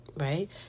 right